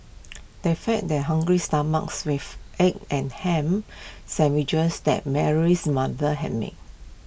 they fed their hungry stomachs with egg and Ham Sandwiches that Mary's mother had made